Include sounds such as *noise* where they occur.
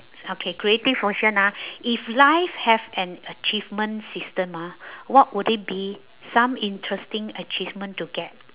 okay creative question ah *breath* if life have an achievement system ah *breath* what would it be some interesting achievement to get